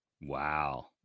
Wow